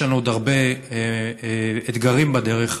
יש לנו עוד הרבה אתגרים בדרך,